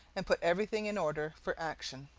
and put everything in order for action.